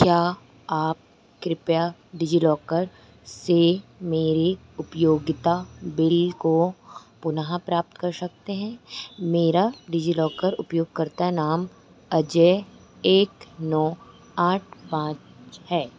क्या आप कृपया डिजिलॉकर से मेरे उपयोगिता बिल को पुनः प्राप्त कर सकते हैं मेरा डिजिलॉकर उपयोगकर्ता नाम अजय एक नौ आठ पाँच है